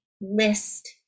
list